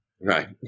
right